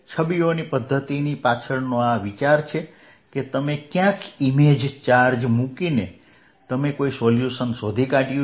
છબીઓની પદ્ધતિની પાછળનો આ વિચાર છે કે તમે ક્યાંક ઇમેજ ચાર્જ મૂકીને તમે કોઈ સોલ્યુશન શોધી કાઢ્યું છે